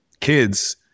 kids